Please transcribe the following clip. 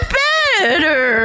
better